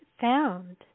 found